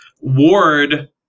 Ward